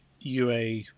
UA